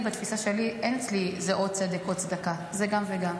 בתפיסה שלי אין או צדק או צדקה, זה גם וגם.